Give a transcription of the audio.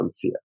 fear